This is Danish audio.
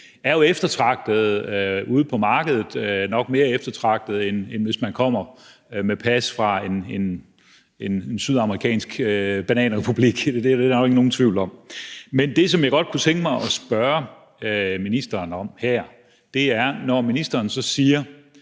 er eftertragtede ude på markedet og nok mere eftertragtede, end hvis man kommer med pas fra en sydamerikansk bananrepublik. Det er der jo ikke nogen tvivl om. Men det, som jeg godt kunne tænke mig at spørge ministeren om her, er: Når ministeren siger